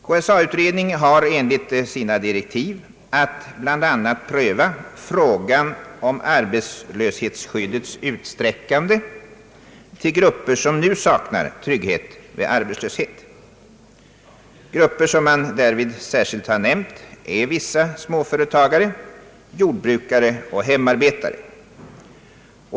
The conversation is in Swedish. KSA-utredningen har enligt sina direktiv att bl.a. pröva frågan om arbetslöshetsskyddets utsträckande till grupper som nu saknar trygghet vid arbetslöshet. Grupper som därvid särskilt har nämnts är vissa småföretagare, jordbrukare och hemarbetare.